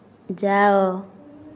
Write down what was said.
ଯାଅ